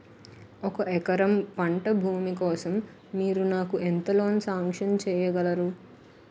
ఒక ఎకరం పంట భూమి కోసం మీరు నాకు ఎంత లోన్ సాంక్షన్ చేయగలరు?